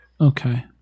okay